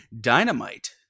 Dynamite